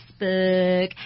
Facebook